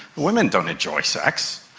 women don't enjoy sex.